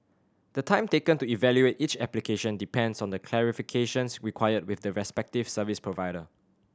the time taken to evaluate each application depends on the clarifications required with the respective service provider